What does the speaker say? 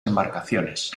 embarcaciones